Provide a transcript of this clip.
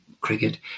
Cricket